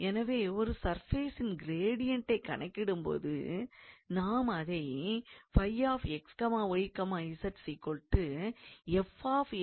எனவே ஒரு சர்ஃபேசின் கிரேடியன்டைக் கணக்கிடும் போது நாம் அதை 𝜑𝑥𝑦𝑧 𝑓𝑥𝑦𝑧−𝑐 என்று எழுத முடியும்